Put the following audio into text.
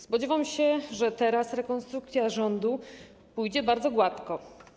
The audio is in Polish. Spodziewam się, że teraz rekonstrukcja rządu pójdzie bardzo gładko.